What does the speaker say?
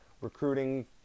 recruiting